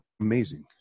amazing